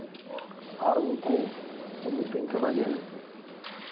ᱟᱨ ᱩᱱᱠᱩ ᱠᱚ ᱢᱮᱛᱟᱹᱧ ᱠᱟᱱᱟ ᱡᱮ